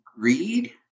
greed